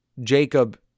Jacob